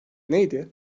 neydi